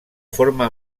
forma